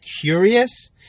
curious